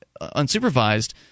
unsupervised